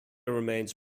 remains